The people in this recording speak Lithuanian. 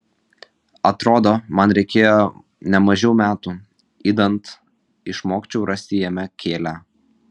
atrodo man reikėjo ne mažiau metų idant išmokčiau rasti jame kėlią